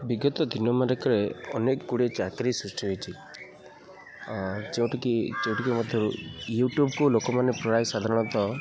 ବିଗତ ଦିନ ମାନଙ୍କରେ ଅନେକ ଗୁଡ଼ିଏ ଚାକିରି ସୃଷ୍ଟି ହୋଇଛି ଯେଉଁଠିକି ଯେଉଁଠିକି ମଧ୍ୟରୁ ୟୁଟ୍ୟୁବକୁ ଲୋକମାନେ ପ୍ରାୟ ସାଧାରଣତଃ